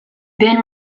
been